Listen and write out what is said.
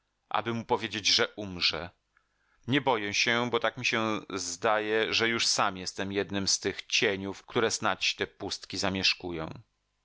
aby mu powiedzieć że umrze nie boję się bo tak mi się zdaje że już sam jestem jednym z tych cieniów które snadź te pustki zamieszkują